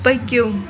پٔکِو